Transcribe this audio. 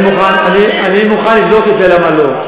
אני מוכן לבדוק את זה, למה לא.